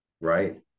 right